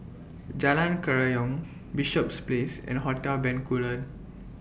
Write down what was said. Jalan Kerayong Bishops Place and Hotel Bencoolen